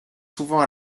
souvent